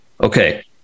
Okay